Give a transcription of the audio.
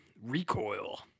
Recoil